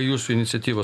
jūsų iniciatyvos